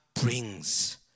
brings